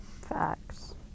Facts